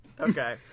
Okay